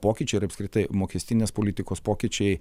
pokyčių ir apskritai mokestinės politikos pokyčiai